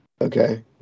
Okay